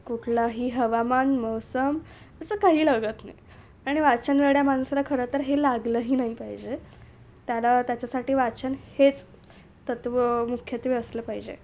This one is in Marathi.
कुठलाही हवामान मौसम असं काही लागत नाही आणि वाचनवेड्या माणसला खरं तर हे लागलंही नाही पाहिजे त्याला त्याच्यासाठी वाचन हेच तत्त्व मुख्यत्वे असलं पाहिजे